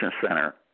center